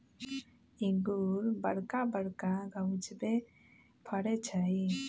इंगूर बरका बरका घउछामें फ़रै छइ